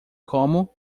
como